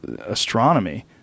astronomy